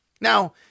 Now